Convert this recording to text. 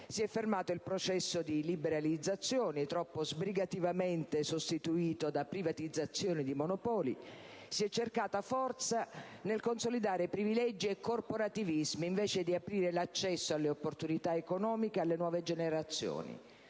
Si è fermato il processo di liberalizzazione, troppo sbrigativamente sostituito da privatizzazione di monopoli. Si è cercata forza nel consolidare privilegi e corporativismi, invece di aprire l'accesso alle opportunità economiche e alle nuove generazioni.